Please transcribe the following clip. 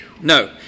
No